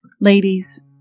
Ladies